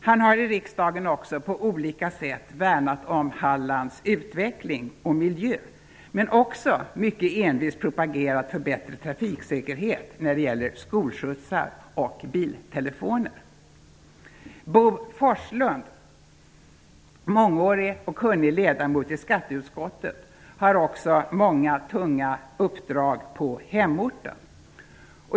Han har i riksdagen också på olika sätt värnat om Hallands utveckling och miljö men också mycket envist propagerat för bättre trafiksäkerhet när det gäller skolskjutsar och biltelefoner. Bo Forslund, mångårig och kunnig ledamot i skatteutskottet, har också många tunga uppdrag på hemorten.